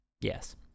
yes